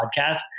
podcast